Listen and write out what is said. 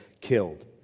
killed